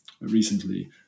recently